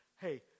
Hey